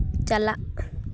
ᱪᱟᱞᱟᱜ